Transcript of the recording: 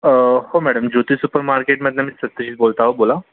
अ हो मॅडम मी ज्योती सुपर मार्केटमधून मी सत्यजित बोलतो हो बोला